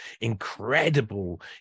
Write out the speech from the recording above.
incredible